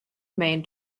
main